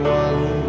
one